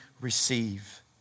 receive